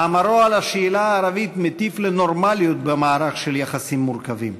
מאמרו על השאלה הערבית מטיף לנורמליות במערך של יחסים מורכבים.